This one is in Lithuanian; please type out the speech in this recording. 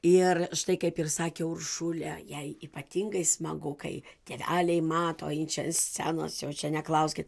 ir štai kaip ir sakė uršulė jai ypatingai smagu kai tėveliai mato ji čia ant scenos jau čia neklauskit